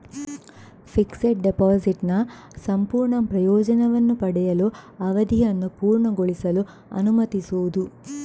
fixed ಡೆಪಾಸಿಟಿನ ಸಂಪೂರ್ಣ ಪ್ರಯೋಜನವನ್ನು ಪಡೆಯಲು, ಅವಧಿಯನ್ನು ಪೂರ್ಣಗೊಳಿಸಲು ಅನುಮತಿಸುವುದು